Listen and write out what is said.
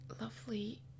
lovely